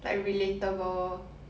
like relatable